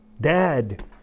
dad